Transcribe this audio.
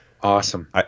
Awesome